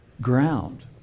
ground